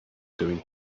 doing